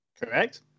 Correct